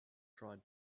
tried